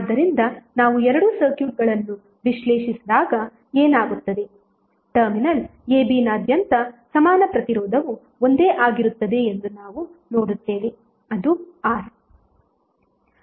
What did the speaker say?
ಆದ್ದರಿಂದ ನಾವು ಎರಡೂ ಸರ್ಕ್ಯೂಟ್ಗಳನ್ನು ವಿಶ್ಲೇಷಿಸಿದಾಗ ಏನಾಗುತ್ತದೆ ಟರ್ಮಿನಲ್ ABನಾದ್ಯಂತ ಸಮಾನ ಪ್ರತಿರೋಧವು ಒಂದೇ ಆಗಿರುತ್ತದೆ ಎಂದು ನಾವು ನೋಡುತ್ತೇವೆ ಅದು R